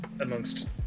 amongst